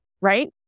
Right